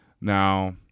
Now